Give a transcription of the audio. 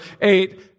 eight